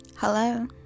Hello